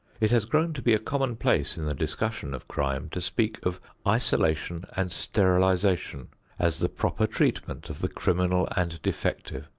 it has grown to be a commonplace in the discussion of crime to speak of isolation and sterilization as the proper treatment of the criminal and defective.